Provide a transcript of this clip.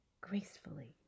gracefully